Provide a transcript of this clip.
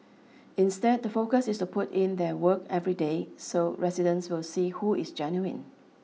instead the focus is to put in their work every day so residents will see who is genuine